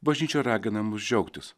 bažnyčia ragina mus džiaugtis